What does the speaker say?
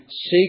seek